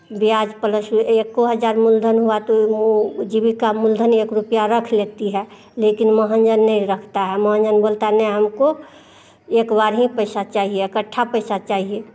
ब्याज पलस एको हजार मूलधन हुआ तो वो जीविका मूलधन एक रुपया रख लेती है लेकिन महाजन नहीं रखता है महाजन बोलता है न हमको एक बार ही पैसा चाहिए इक्कठा पैसा चाहिए